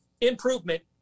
improvement